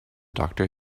doctor